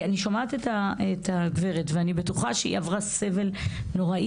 כי אני שומעת את הגברת ואני בטוחה שהיא עברה סבל נוראי,